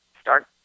start